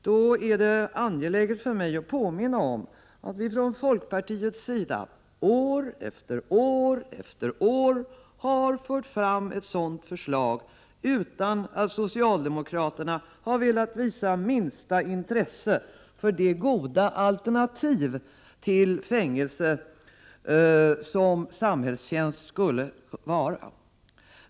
Då är det angeläget för mig att påminna om att vi från folkpartiets sida år efter år har fört fram ett sådant förslag utan att socialdemokraterna har velat visa det minsta intresse för det goda alternativ till fängelse som samhällstjänst skulle vara.